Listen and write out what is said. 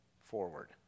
forward